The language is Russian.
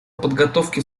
подготовки